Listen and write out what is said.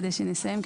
כדי שנסיים.